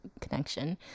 connection